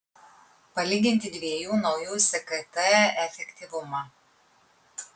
palyginti dviejų naujų skt efektyvumą